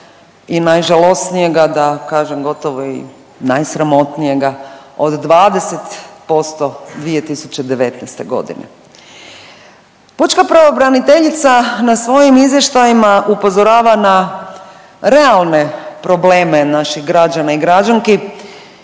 i najžalosnijega da kažem gotovo i najsramotnijega od 20% 2019.g.. Pučka pravobraniteljica na svojim izvještajima upozorava na realne probleme naših građana i građanki,